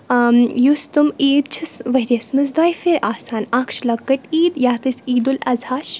یُس تِم عیٖد چھِس ؤرۍیَس منٛز دۄیہِ پھِر آسان اکھ چھِ لۄکٕٹۍ عیٖد یَتھ أسۍ عیٖد الاضحیٰ چھِ